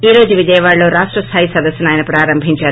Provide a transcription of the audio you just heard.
ఈ రోజు విజయవాడలో రాష్టస్థాయి సదస్సును ఆయన ప్రారంభిందారు